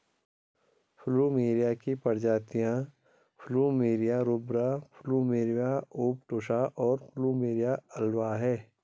plumeria की प्रजातियाँ plumeria rubra, plumeria obtusa, और प्लुमेरिया अल्बा हैं